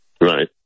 Right